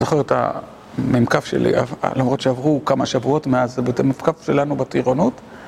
אני זוכר את המם כף שלי, למרות שעברו כמה שבועות מאז, זה בטח המם כף שלנו בתירונות